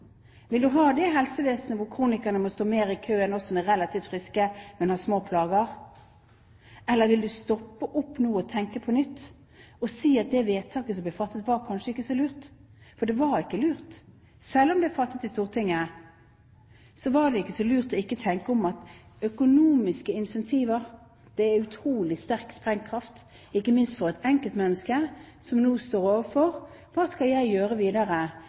Vil du ha det helsevesenet hvor kronikerne må stå mer i kø enn oss som er relativt friske, men har små plager? Eller vil du stoppe opp nå og tenke på nytt og si at det vedtaket som ble fattet, kanskje ikke var så lurt? For det var ikke lurt, selv om det ble fattet i Stortinget. Det var ikke så lurt ikke å tenke på at økonomiske incentiver har en utrolig sterk sprengkraft, ikke minst for et enkeltmenneske som nå står overfor spørsmålet: Hva skal jeg gjøre videre?